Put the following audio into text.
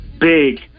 big